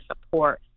support